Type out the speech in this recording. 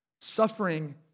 Suffering